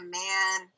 man